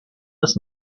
das